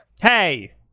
Hey